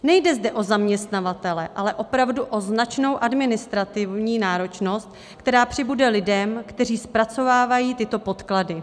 Nejde zde o zaměstnavatele, ale opravdu o značnou administrativní náročnost, která přibude lidem, kteří zpracovávají tyto podklady.